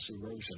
erosion